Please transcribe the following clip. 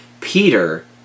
Peter